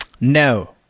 no